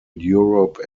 europe